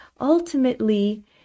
ultimately